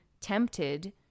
tempted